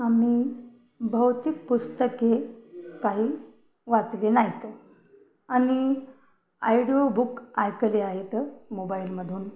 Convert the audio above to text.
आम्ही भौतिक पुस्तके काही वाचले नाईत आणि आयडिओ बुक ऐकले आहेत मोबाईलमधून